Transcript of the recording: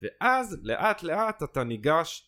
ואז לאט לאט אתה ניגש